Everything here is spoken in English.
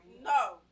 No